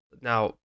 now